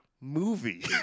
movie